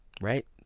Right